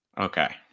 Okay